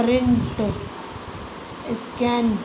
print scan